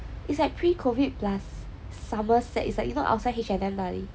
it's like pre COVID plus Somerset it's like you know outside H&M 那里